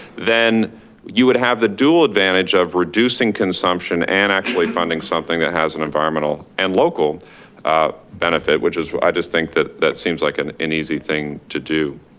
then you would have the dual advantage of reducing consumption and actually funding something that has an environmental and local benefit, which is, i just think that that seems like an an easy thing to do.